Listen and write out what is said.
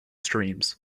streams